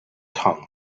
tongue